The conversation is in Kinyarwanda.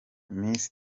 miss